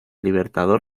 libertador